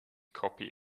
copy